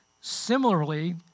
Similarly